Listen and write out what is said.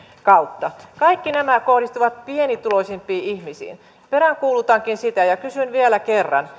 kautta kaikki nämä kohdistuvat pienituloisimpiin ihmisiin peräänkuulutankin sitä ja kysyn vielä kerran